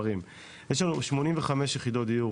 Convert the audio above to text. יש לנו 85 יחידות דיור